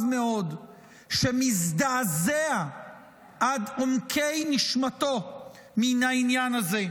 מאוד שמזדעזע עד עומקי נשמתו מן העניין הזה.